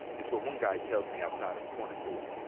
it's what one guy tells me outside of a corner store.